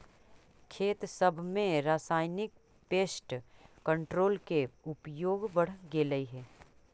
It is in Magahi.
खेत सब में रासायनिक पेस्ट कंट्रोल के उपयोग बढ़ गेलई हे